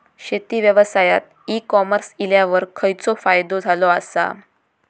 शेती व्यवसायात e commerce इल्यावर खयचो फायदो झालो आसा?